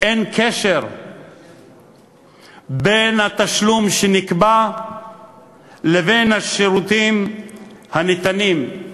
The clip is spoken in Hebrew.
אין קשר בין התשלום שנגבה לבין השירותים הניתנים.